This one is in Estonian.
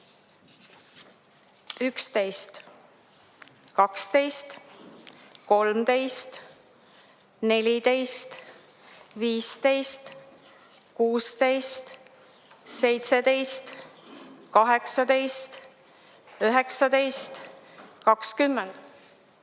11, 12, 13, 14, 15, 16, 17, 18, 19, 20,